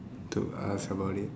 to ask about it